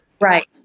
Right